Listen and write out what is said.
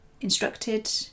instructed